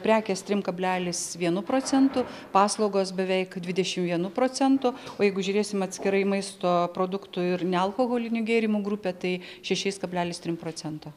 prekės trim kablelis vienu procentu paslaugos beveik dvidešim vienu procentu o jeigu žiūrėsim atskirai maisto produktų ir nealkoholinių gėrimų grupę tai šešiais kablelis trim procento